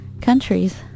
countries